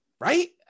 right